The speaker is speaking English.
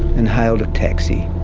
and hailed a taxi.